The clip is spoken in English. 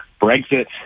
Brexit